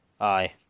Aye